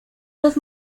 los